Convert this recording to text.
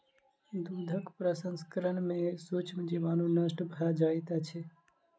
दूधक प्रसंस्करण में सूक्ष्म जीवाणु नष्ट भ जाइत अछि